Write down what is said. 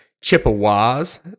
Chippewas